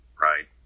right